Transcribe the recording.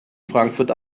frankfurt